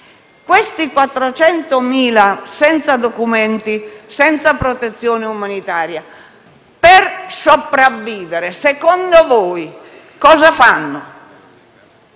Questi 500.000 senza documenti, senza protezione umanitaria, per sopravvivere, secondo voi, cosa fanno?